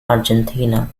argentina